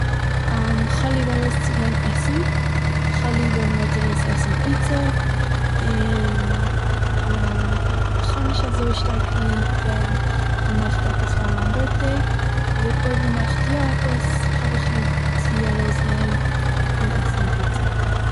כ'האב ליב ארויסצוגיין עסן, כ'האב ליב ווען מ'גייט ארויס עסן פיצא, און כ'האב נישט אזוי שטארק ליב ווען מ'מאכט עפעס פאר מיין בירט'דעי אבער אויב מ'מאכט יא עפעס - האב איך ליב צו ארויסגיין עסן פיצא